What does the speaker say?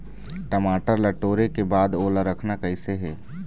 टमाटर ला टोरे के बाद ओला रखना कइसे हे?